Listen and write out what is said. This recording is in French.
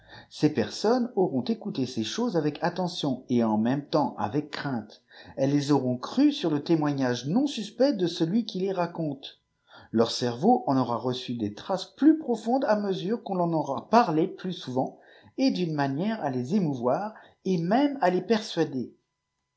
ces personnes auront écouté ces choses avec attention et en même temps avec crainte elles les auront crues sur le témoignage non suspect de celui qui les raconte leur cerveau en aura reçu des traces plus profondes à mesure qu'on leur en aura parlé plus souvent et d'une manière à les émouvoir et même à les persuader